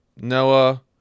Noah